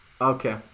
Okay